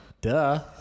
Duh